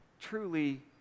truly